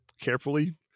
carefully